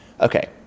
Okay